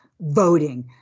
voting